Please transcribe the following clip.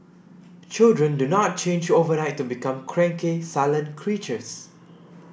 children do not change overnight to become cranky sullen creatures